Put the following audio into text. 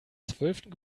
zwölften